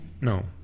no